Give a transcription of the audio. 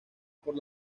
por